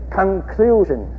conclusion